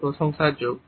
যা প্রশংসার যোগ্য